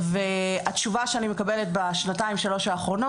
והתשובה שאני מקבלת בשנתיים-שלוש האחרונות,